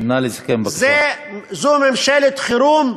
זו ממשלת חירום,